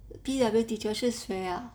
P_W teacher 是谁 ah